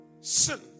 Sin